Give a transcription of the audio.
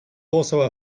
also